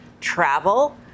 travel